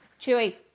Chewy